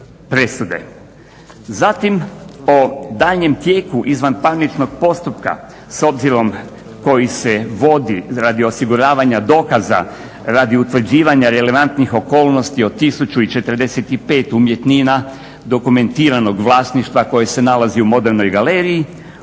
Zatim o daljnjem tijeku izvanparničnog postupka s obzirom koji se vodi radi osiguravanja dokaza radi utvrđivanja relevantnih okolnosti od 1045 umjetnina dokumentiranog vlasništva koji se nalazi u Modernoj galeriji